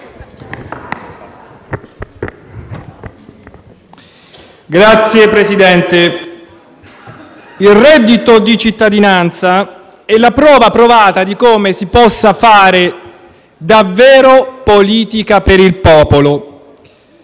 Signor Presidente, il reddito di cittadinanza è la prova provata di come si possa fare davvero politica per il popolo.